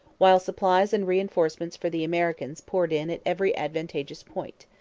while supplies and reinforcements for the americans poured in at every advantageous point.